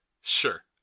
Sure